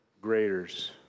graders